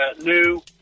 new